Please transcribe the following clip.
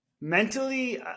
Mentally